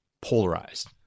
polarized